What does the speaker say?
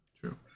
True